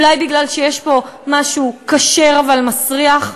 אולי כי יש פה משהו כשר אבל מסריח?